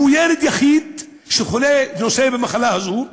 הוא ילד יחיד שנושא את המחלה הזאת.